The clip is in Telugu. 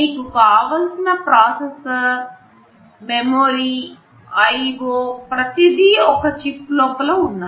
మీకు కావలసిన ప్రాసెసర్ మెమరీ IO ప్రతిదీ ఒకే చిప్ లోపల ఉన్నాయి